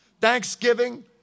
Thanksgiving